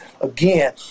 again